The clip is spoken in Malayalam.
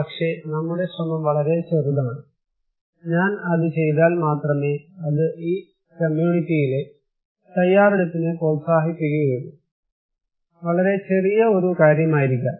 പക്ഷെ നമ്മുടെ ശ്രമം വളരെ ചെറുതാണ് ഞാൻ അത് ചെയ്താൽ മാത്രമേ അത് ഈ കമ്മ്യൂണിറ്റിയിലെ തയ്യാറെടുപ്പിനെ പ്രോത്സാഹിപ്പിക്കുകയുള്ളൂ വളരെ ചെറിയ ഒരു കാര്യമായിരിക്കാം